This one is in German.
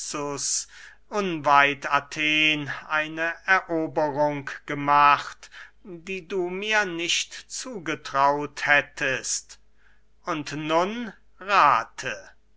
athen eine eroberung gemacht die du mir nicht zugetraut hättest und nun rathe